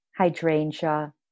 Hydrangea